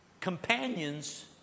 Companions